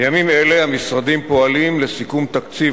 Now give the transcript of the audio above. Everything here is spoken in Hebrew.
בימים אלה המשרדים פועלים לסיכום תקציב